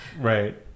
Right